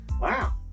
Wow